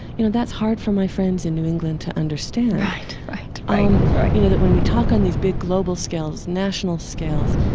you know, that's hard for my friends in new england to understand right. right. right. right you know, that when we talk on these big global scales, national scales,